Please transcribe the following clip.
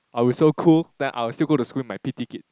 I'll be so cool then I'll still go to school with my p_t kit